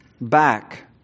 back